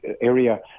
area